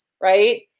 right